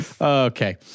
Okay